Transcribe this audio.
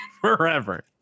forever